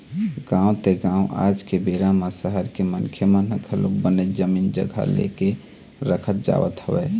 गाँव ते गाँव आज के बेरा म सहर के मनखे मन ह घलोक बनेच जमीन जघा ले के रखत जावत हवय